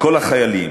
כל החיילים,